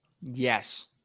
Yes